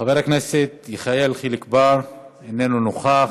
חבר הכנסת יחיאל חיליק בר, אינו נוכח,